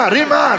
Rima